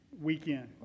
weekend